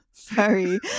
Sorry